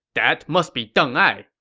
that must be deng ai.